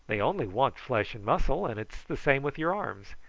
they only want flesh and muscle, and it's the same with your arms.